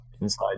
inside